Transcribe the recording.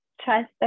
trust